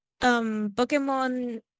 pokemon